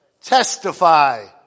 Testify